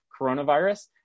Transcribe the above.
coronavirus